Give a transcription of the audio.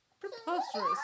Preposterous